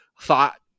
thought